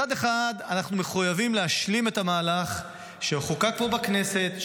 מצד אחד אנחנו מחויבים להשלים את המהלך שחוקק פה בכנסת,